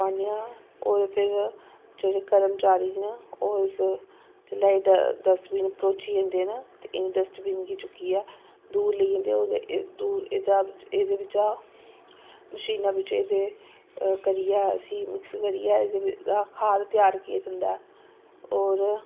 पान्ने होर फिर जेह्ड़े कर्मचारी न ओह् इस जिसलै एह् डस्टबीन भरोची जंदे न ते इ'नें डस्टबीन गी चुक्कियै दूर लेई जंदे न दूर एह्दे बिच्चा मशीना बिच्च एह् करियै इसी मिक्स करियै खाद त्यार कीता जंदा ऐ होर